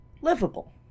livable